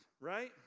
right